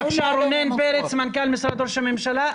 בבקשה, אדוני מנכ"ל משרד ראש הממשלה.